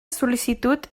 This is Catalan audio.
sol·licitud